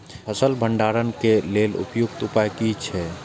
फसल भंडारण के लेल उपयुक्त उपाय कि छै?